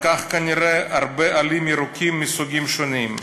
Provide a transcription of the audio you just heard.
לקח כנראה הרבה עלים ירוקים מסוגים שונים.